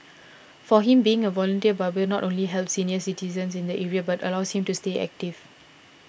for him being a volunteer barber not only helps senior citizens in the area but allows him to stay active